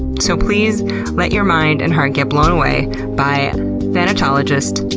so, please let your mind and heart get blown away by thanatologist,